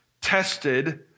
tested